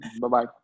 Bye-bye